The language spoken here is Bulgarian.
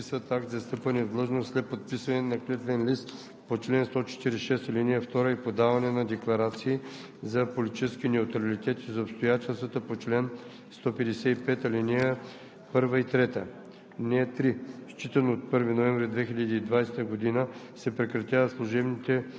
щата на Специализирания отряд „Въздушно наблюдение“ в Главна дирекция „Гранична полиция“, без да подписват акт за встъпване в длъжност, след подписване на клетвен лист по чл. 146, ал. 2 и подаване на декларации за политически неутралитет и за обстоятелствата по чл. 153, ал. 1 и 3.